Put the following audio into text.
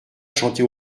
chanter